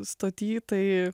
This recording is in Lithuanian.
stoty tai